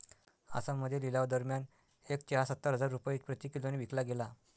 आसाममध्ये लिलावादरम्यान एक चहा सत्तर हजार रुपये प्रति किलोने विकला गेला